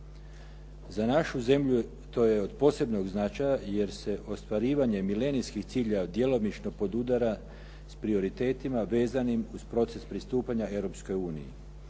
Za našu zemlju to je od posebnog značaja, jer se ostvarivanje milenijskih ciljeva djelomično podudara s prioritetima vezanim uz proces pristupanja Europskoj uniji.